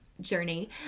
journey